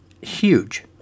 huge